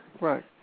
Right